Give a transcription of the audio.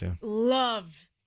love